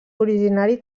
originari